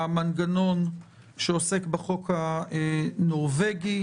המנגנון שעוסק בחוק הנורבגי.